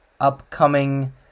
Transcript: upcoming